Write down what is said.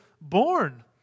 born